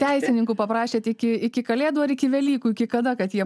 teisininkų paprašėt iki iki kalėdų ar iki velykų iki kada kad jie